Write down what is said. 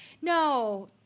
no